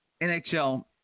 NHL